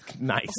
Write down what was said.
Nice